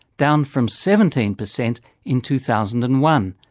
down from seventeen percent in two thousand and one.